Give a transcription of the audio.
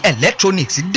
Electronics